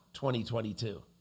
2022